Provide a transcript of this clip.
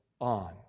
on